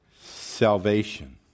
Salvation